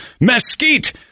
mesquite